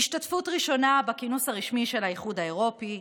השתתפות ראשונה בכינוס הרשמי של האיחוד האירופי,